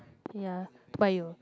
ya bio